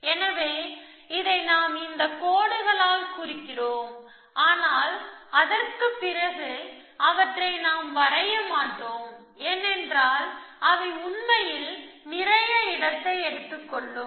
எனவே இதை நாம் இந்த கோடுகளால் குறிக்கிறோம் ஆனால் அதற்குப் பிறகு அவற்றை நாம் வரைய மாட்டோம் ஏனென்றால் அவை உண்மையில் நிறைய இடத்தை எடுத்துக் கொள்ளும்